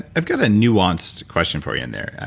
i've got a nuanced question for you in there.